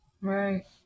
right